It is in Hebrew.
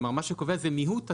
כלומר, מה שקובע מיהות הצרכן,